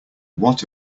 what